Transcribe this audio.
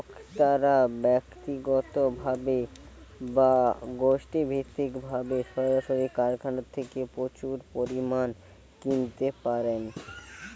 ভোক্তারা ব্যক্তিগতভাবে বা গোষ্ঠীভিত্তিকভাবে সরাসরি কারখানা থেকে প্রচুর পরিমাণে কিনতে পারেন